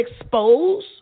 expose